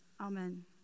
Amen